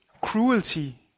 cruelty